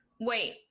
wait